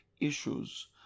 issues